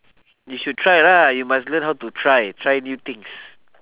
you should try lah you must learn how to try try new things